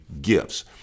gifts